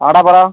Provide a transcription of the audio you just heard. ആ എടാ പറ